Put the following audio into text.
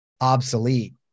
obsolete